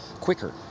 quicker